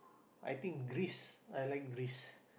I think Greece I like Greece